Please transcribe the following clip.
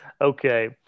Okay